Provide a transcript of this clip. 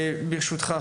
ברשותך,